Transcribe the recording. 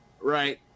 right